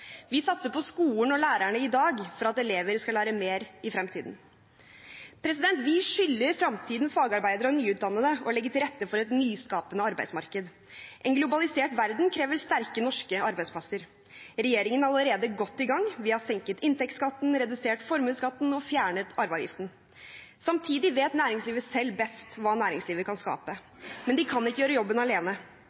Vi satser på skolen og lærerne i dag for at elever skal lære mer i fremtiden. Vi skylder fremtidens fagarbeidere og nyutdannede å legge til rette for et nyskapende arbeidsmarked. En globalisert verden krever sterke norske arbeidsplasser. Regjeringen er allerede godt i gang. Vi har senket inntektsskatten, redusert formuesskatten og fjernet arveavgiften. Samtidig vet næringslivet selv best hva næringslivet kan skape. Men de kan ikke gjøre jobben alene.